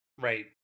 Right